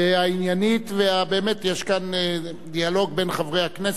באמת, יש כאן דיאלוג בין חברי הכנסת לבין השר,